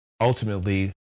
ultimately